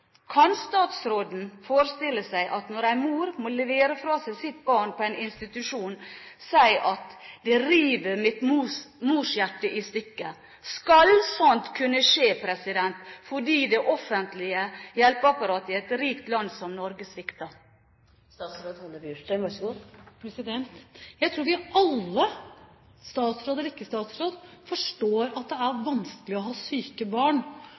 Kan statsråden forestille seg at når en mor må levere fra seg sitt barn på en institusjon, river det morshjertet i stykker? Skal sånt kunne skje fordi det offentlige hjelpeapparatet i et rikt land som Norge svikter? Jeg tror vi alle – statsråd eller ikke statsråd – forstår at det er vanskelig å ha syke barn,